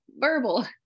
verbal